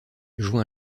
joint